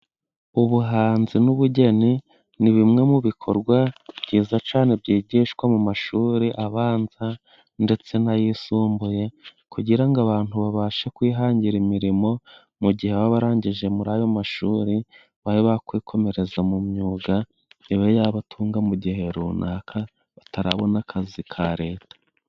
Ubuhanzi n'ubugeni ni bimwe mu bikorwa byiza cyane byigishwa mu mashuri abanza ndetse n'ayisumbuye, kugira ngo abantu babashe kwihangira imirimo mu gihe baba barangije muri ayo mashuri babe bakwikomereza mu myuga, ibe yabatunga mu gihe runaka batarabona akazi ka Leta.